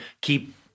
keep